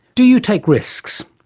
do you take risks?